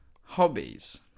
Hobbies